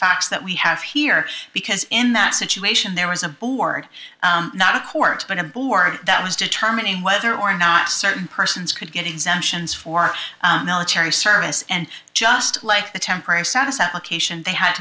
facts that we have here because in that situation there was a board not a court but a board that was determining whether or not certain persons could get exemptions for military service and just like the temporary status application they had